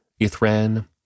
Ithran